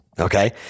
Okay